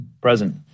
Present